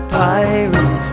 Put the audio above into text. pirates